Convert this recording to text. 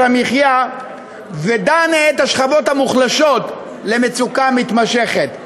המחיה ודן את השכבות המוחלשות למצוקה מתמשכת.